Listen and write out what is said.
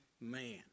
man